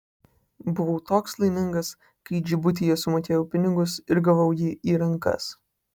buvau toks laimingas kai džibutyje sumokėjau pinigus ir gavau jį į rankas